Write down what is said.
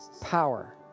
power